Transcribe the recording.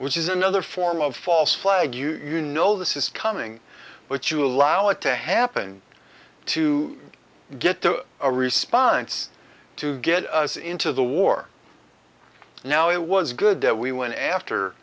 which is another form of false flag you know this is coming but you allow it to happen to get the a response to get us into the war now it was good that we went after